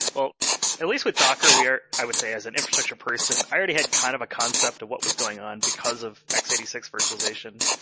but at least with docker, we are i would say, as an infrastructure person, i already had kind of a concept of what was going on because of x eight six virtualization.